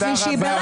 טלי,